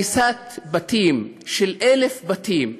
הריסת 1,000 בתים,